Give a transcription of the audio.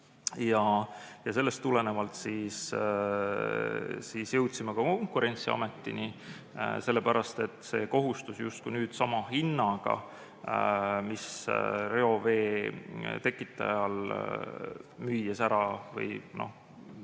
antud. Sellest tulenevalt jõudsime ka Konkurentsiametini, sellepärast et see kohustus justkui nüüd sama hinnaga, mis reovee tekitajal müües ära või